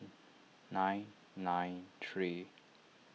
nine nine three